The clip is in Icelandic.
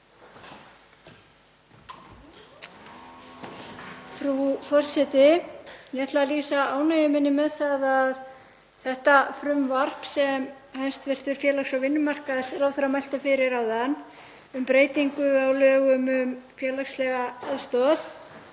Frú forseti. Ég ætla að lýsa ánægju minni með þetta frumvarp sem hæstv. félags- og vinnumarkaðsráðherra mælti fyrir áðan um breytingu á lögum um félagslega aðstoð